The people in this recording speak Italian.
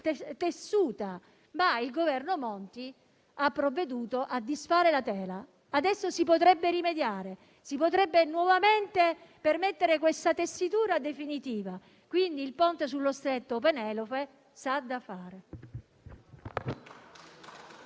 metri, ma il Governo Monti ha provveduto a disfare la tela. Adesso si potrebbe rimediare e si potrebbe nuovamente permettere questa tessitura definitiva. Quindi, il ponte sullo Stretto Penelope "s'ha da fare".